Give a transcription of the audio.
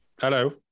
Hello